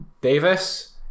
Davis